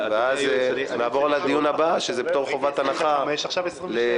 ואז נעבור לדיון הבא שהוא על פטור מחובת הנחה לחוק.